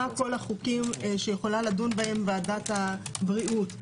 כל החוקים שיכולה לדון בהם ועדת הבריאות.